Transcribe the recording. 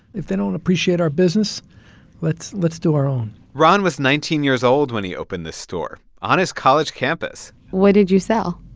if they don't appreciate our business let's let's do our own ron was nineteen years old when he opened this store on his college campus what did you sell?